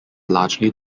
largely